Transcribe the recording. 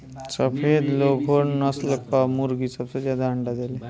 सफ़ेद लेघोर्न नस्ल कअ मुर्गी सबसे ज्यादा अंडा देले